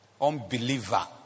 unbeliever